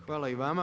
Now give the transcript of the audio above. Hvala i vama.